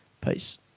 Peace